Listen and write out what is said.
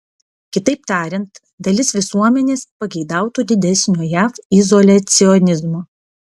kitaip tariant dalis visuomenės pageidautų didesnio jav izoliacionizmo